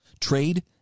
Trade